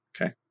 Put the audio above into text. Okay